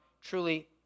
truly